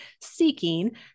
seeking